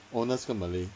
owner 是一个 malay